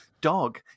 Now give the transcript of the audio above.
dog